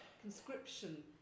conscription